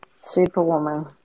Superwoman